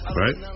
right